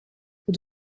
het